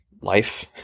life